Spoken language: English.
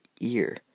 ear